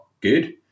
good